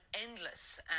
endless